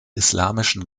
islamischen